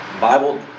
Bible